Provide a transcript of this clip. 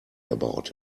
about